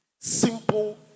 simple